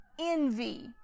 envy